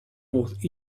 north